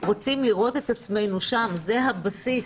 רוצים לראות את עצמנו שם, זה הבסיס.